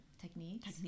techniques